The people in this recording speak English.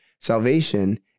Salvation